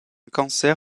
cancer